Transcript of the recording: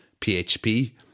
PHP